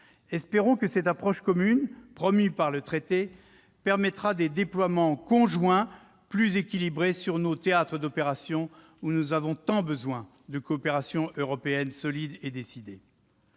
Espérons que cette approche commune, promise par le traité, permettra des déploiements conjoints plus équilibrés sur nos théâtres d'opérations, où nous avons tant besoin de coopération européenne solide et décidée.